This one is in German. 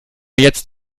jetzt